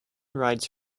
rides